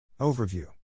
overview